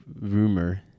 rumor